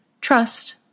Trust